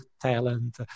talent